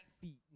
feet